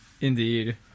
Indeed